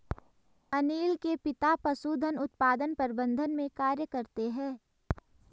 अनील के पिता पशुधन उत्पादन प्रबंधन में कार्य करते है